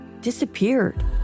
disappeared